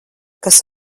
kas